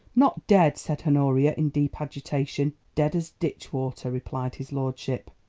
not dead? said honoria in deep agitation. dead as ditch-water, replied his lordship.